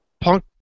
punk